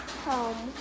home